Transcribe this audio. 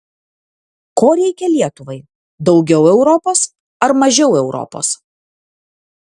ko reikia lietuvai daugiau europos ar mažiau europos